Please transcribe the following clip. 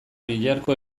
biharko